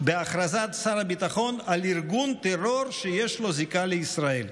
בהכרזת שר הביטחון על ארגון טרור שיש לו זיקה לישראל.